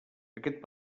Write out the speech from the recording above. aquest